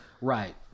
Right